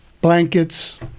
Blankets